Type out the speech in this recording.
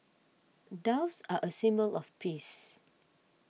doves are a symbol of peace